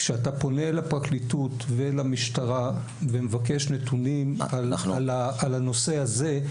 כשאתה פונה לפרקליטות ולמשטרה ומבקש נתונים על הנושא הזה,